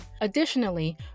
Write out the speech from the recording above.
Additionally